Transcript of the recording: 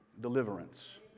Deliverance